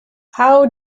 how